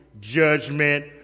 judgment